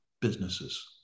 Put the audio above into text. businesses